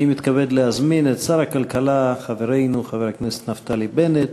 אני מתכבד להזמין את שר הכלכלה חברנו חבר הכנסת נפתלי בנט